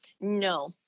No